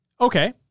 Okay